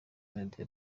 melodie